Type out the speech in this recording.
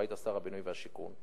והיית שר הבינוי והשיכון,